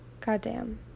goddamn